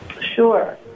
Sure